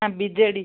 B J D